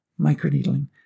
microneedling